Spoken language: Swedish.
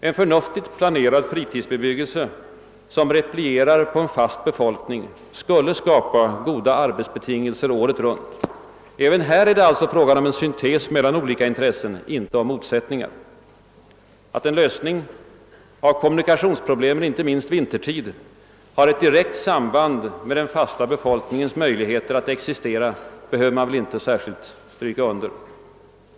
En förnuftigt planerad fritidsbebyggelse, som replierar på en fast befolkning, skulle skapa goda arbetsbetingelser året runt. Även här är det alltså fråga om en syntes mellan olika intressen — inte om motsättningar. Att en lösning av kommunikationsproblemen inte minst vintertid har eti direkt samband med den fasta befolkningens möjligheter att existera, behöver jag väl inte särskilt stryka under.